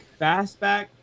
Fastback